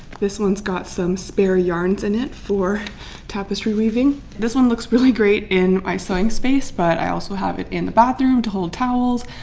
this one's got some spare yarns in it for tapestry weaving. this one looks really great in my sewing space, but i also have it in the bathroom to hold towels,